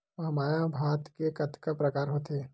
महमाया भात के कतका प्रकार होथे?